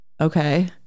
okay